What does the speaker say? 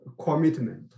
commitment